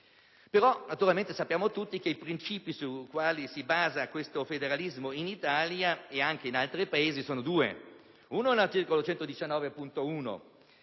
Naturalmente, sappiamo tutti che i principi sui quali si basa il federalismo in Italia e anche in altri Paesi sono due. In primo luogo, l'articolo 119,